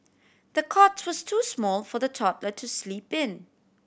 the cot was too small for the toddler to sleep in